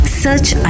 search